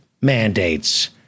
mandates